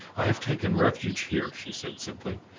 i have taken refuge here, she said, simply.